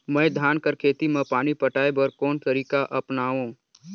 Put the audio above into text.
मैं धान कर खेती म पानी पटाय बर कोन तरीका अपनावो?